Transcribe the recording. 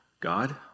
God